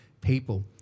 people